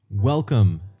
Welcome